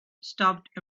stopped